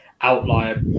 outlier